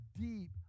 deep